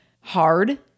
hard